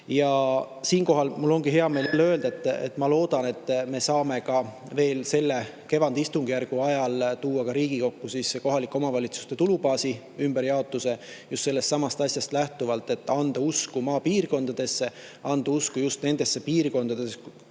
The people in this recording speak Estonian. Siinkohal mul ongi hea meel öelda, et loodetavasti me saame veel selle kevadistungjärgu ajal tuua Riigikokku kohalike omavalitsuste tulubaasi ümberjaotuse ettepaneku just sellestsamast eesmärgist lähtuvalt, et anda usku maapiirkondadesse, anda usku just nendesse piirkondadesse,